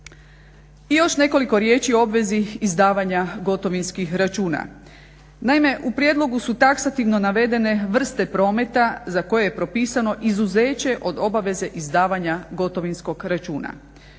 I još nekoliko riječi o obvezi izdavanja gotovinskih računa. Naime, u prijedlogu su taksativno navedene vrste prometa za koje je propisano izuzeće od obaveze izdavanja gotovinskog računa.